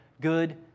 Good